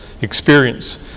experience